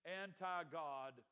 anti-God